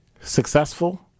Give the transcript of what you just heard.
successful